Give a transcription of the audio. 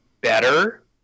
better